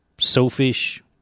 selfish